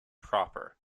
proper